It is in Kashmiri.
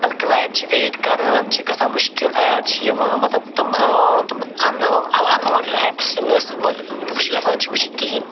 کٕلایِنٛٹ چھِ ویٹ کران چھِ گژھان مُشکِل ایڈ چھِ یِوان مطلب تِم تِم اَنوانٹٕڈ ایپٕس یِم نہٕ أسۍ یَژھان چھِ وٕچھٕنۍ کِہیٖنۍ